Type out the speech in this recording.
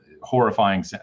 horrifying